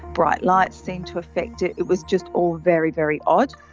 bright lights seemed to affect it, it was just all very, very odd.